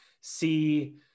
see